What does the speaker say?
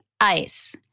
ice